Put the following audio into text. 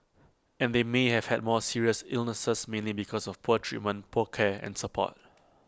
and they may have had more serious illnesses mainly because of poor treatment poor care and support